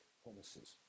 promises